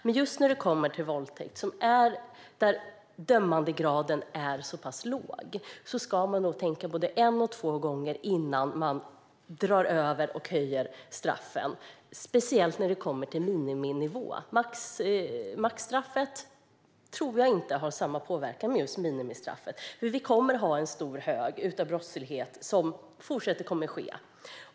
Men just när det kommer till våldtäkt, där dömandegraden är så pass låg, ska man nog tänka både en och två gånger innan man höjer straffen, speciellt när det gäller miniminivån. Maxstraffet tror jag inte har samma påverkan som minimistraffet. Det kommer att fortsätta att vara mycket brottslighet.